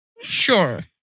sure